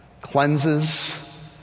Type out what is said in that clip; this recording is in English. cleanses